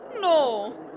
No